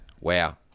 Wow